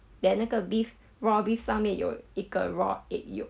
then 那个 beef raw beef 上面有一个 raw egg yolk